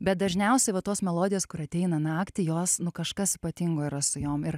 bet dažniausiai va tos melodijos kur ateina naktį jos nu kažkas ypatingo ir aš su jom ir